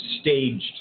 staged